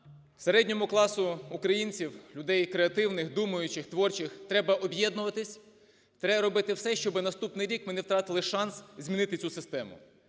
середньому класу українців, людей креативних, думаючих, творчих, треба об'єднуватись, треба робити все, щоб наступний рік ми не втратили шанс змінити цю систему,